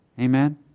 Amen